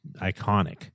iconic